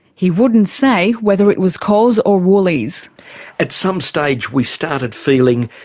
he wouldn't say whether it was coles or woolies at some stage we started feeling,